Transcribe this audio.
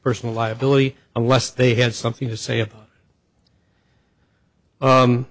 personal liability unless they had something to say about